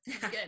good